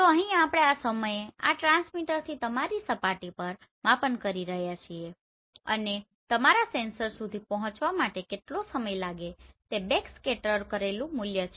તો અહીં આપણે આ સમયે આ ટ્રાન્સમીટરથી તમારી સપાટી પર માપન કરી રહ્યા છીએ અને તમારા સેન્સર સુધી પહોંચવા માટે કેટલો સમય લાગે તે બેકસ્કેટર કરેલું મૂલ્ય છે